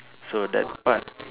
so that's what